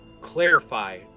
clarify